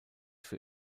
für